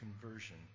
conversion